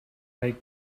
neu